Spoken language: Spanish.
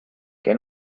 que